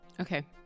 Okay